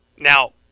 Now